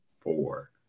four